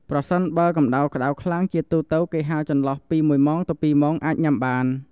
ប្រសិនបើកម្តៅក្តៅខ្លាំង ជាទូទៅគេហាលចន្លោះពី១ម៉ោងទៅ២ម៉ោងអាចញ៉ាំបាន។